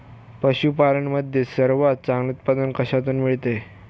पशूपालन मध्ये सर्वात चांगले उत्पादन कशातून मिळते?